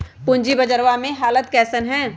पूंजी बजरवा के हालत कैसन है?